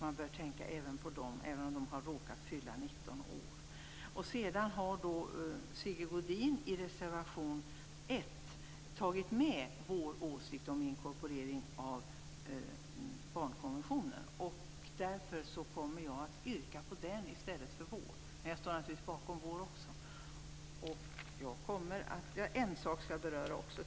Man bör tänka också på dem även om de har råkat fylla 19 år. Sedan har Sigge Godin i reservation 1 tagit med vår åsikt om inkorporering av barnkonventionen. Därför kommer jag att yrka bifall till den i stället för vår. Men jag står naturligtvis bakom vår reservation också. En sak skall jag beröra.